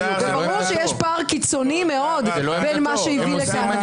ברור שיש פער קיצוני מאוד בין מה שהביא לכאן לוועדה.